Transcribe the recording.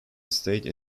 estate